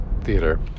theater